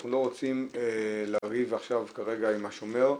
אנחנו לא רוצים לריב עכשיו עם השומר,